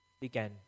began